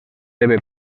debe